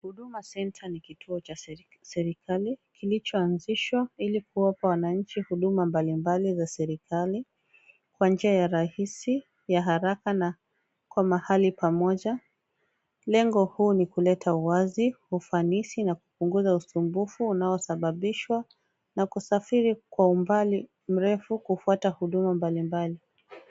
Huduma Centre ni kituo cha serikali kilichoanzishwa ili kuwapa wananchi huduma mbalimbali za serikali kwa njia ya rahisi, ya haraka na kwa mahali pamoja. Lengo huu ni kuleta wazi ufanisi na kupunguza usumbufu unaosababishwa na kusafiri kwa umbali mrefu kupata huduma mbalimbali.